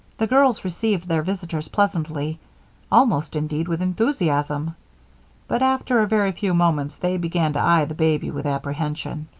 the girls received their visitors pleasantly almost, indeed, with enthusiasm but after a very few moments, they began to eye the baby with apprehension.